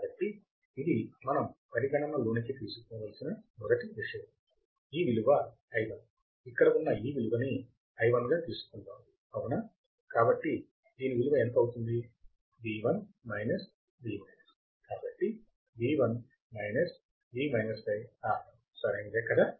కాబట్టి ఇది మనం పరిగణన లోకి తీసుకొనవలసిన మొదటి విషయం ఈ విలువ i1 ఇక్కడ ఉన్న ఈ విలువని i1 గా తీసుకుందాం అవునా కాబట్టి దీని విలువ ఎంత అవుతుంది V1 V కాబట్టి V1 V R1 సరైనదే కదా